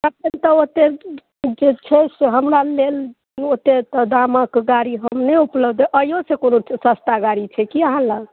तखनि तऽ ओत्तेक जे छै से हमरा लेल ओतेक तऽ दामक गाड़ी हम नहि उपलब्ध एहिओ से कोनो सस्ता गाड़ी छै की अहाँ लग